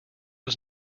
was